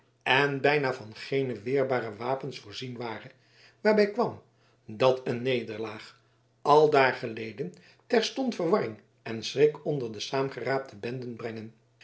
en bijna van geene weerbare wapens voorzien waren waarbij kwam dat een nederlaag aldaar geleden terstond verwarring en schrik onder de saamgeraapte benden brengen